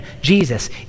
Jesus